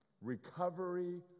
Recovery